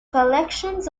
collections